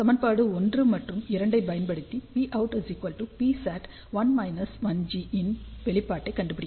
சமன்பாடு 1 மற்றும் 2 ஐப் பயன்படுத்தி Pout Psat 1−1G இன் வெளிப்பாட்டைக் கண்டுபிடிக்கலாம்